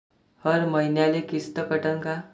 हर मईन्याले किस्त कटन का?